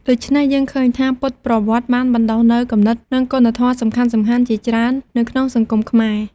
ដូច្នេះយើងឃើញថា ពុទ្ធប្រវត្តិបានបណ្ដុះនូវគំនិត និងគុណធម៌សំខាន់ៗជាច្រើននៅក្នុងសង្គមខ្មែរ។